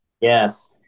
Yes